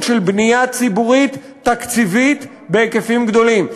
בנייה ציבורית תקציבית בהיקפים גדולים.